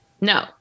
No